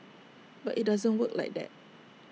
but IT doesn't work like that